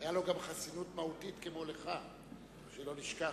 היתה לו גם חסינות מהותית, כמו לך, שלא נשכח.